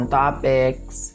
topics